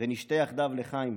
ונשתה יחדיו לחיים